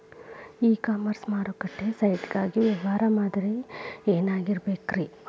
E commerce ಮಾರುಕಟ್ಟೆ site ಗಾಗಿ ವ್ಯವಹಾರ ಮಾದರಿ ಏನಾಗಿರಬೇಕ್ರಿ?